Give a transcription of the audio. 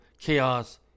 chaos